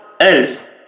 else